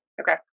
okay